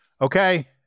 Okay